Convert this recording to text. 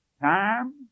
time